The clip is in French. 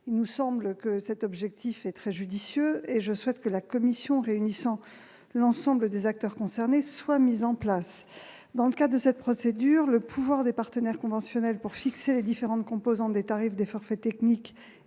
nous semble très judicieux, et je souhaite que la commission réunissant l'ensemble des acteurs concernés soit mise en place. Dans le cadre de cette procédure, le pouvoir des partenaires conventionnels pour fixer les différentes composantes des tarifs des forfaits techniques